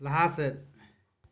ᱞᱟᱦᱟ ᱥᱮᱫ